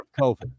COVID